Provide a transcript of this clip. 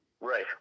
Right